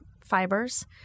fibers